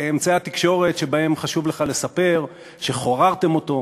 באמצעי התקשורת שבהם חשוב לך לספר שחוררתם אותו,